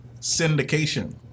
syndication